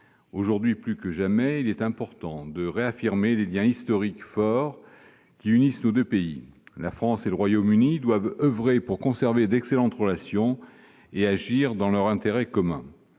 Aujourd'hui, plus que jamais, il est important de réaffirmer les liens historiques forts qui unissent nos deux pays. La France et le Royaume-Uni doivent oeuvrer pour conserver d'excellentes relations et agir dans leur intérêt commun.